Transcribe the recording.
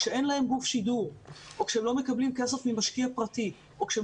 כשאין להם גוף שידור או כשהם לא מקבלים כסף ממשקיע פרטי או כשהם